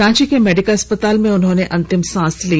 रांची के मेडिका अस्पताल में उन्होंने अंतिम सांस ली